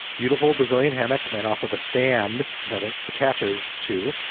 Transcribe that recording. beautiful brazilian hammock and also the stand that it attaches to,